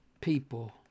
people